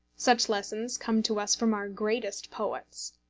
such lessons come to us from our greatest poets.